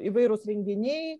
įvairūs renginiai